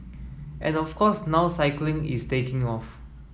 and of course now cycling is taking off